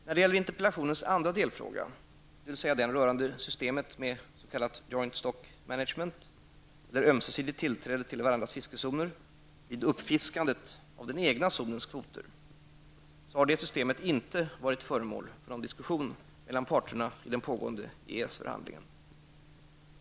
När det gäller interpellationens andra delfråga, dvs. den rörande systemet med s.k. joint-stockmanagement eller ömsesidigt tillträde till varandras fiskezoner vid uppfiskandet av den egna zonens kvoter, så har detta system inte varit föremål för någon diskussion mellan parterna i den pågående EES-förhandlingen.